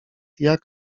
jak